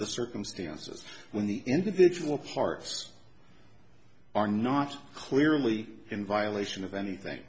the circumstances when the individual parts are not clearly in violation of anything